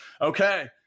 okay